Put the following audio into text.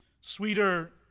sweeter